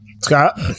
Scott